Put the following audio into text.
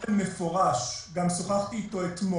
באופן מפורש, גם שוחחתי אתו אתמול,